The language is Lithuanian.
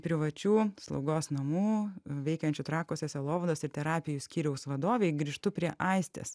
privačių slaugos namų veikiančių trakuose sielovados ir terapijų skyriaus vadovei grįžtu prie aistės